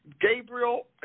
Gabriel